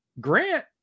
Grant